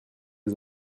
les